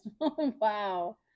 Wow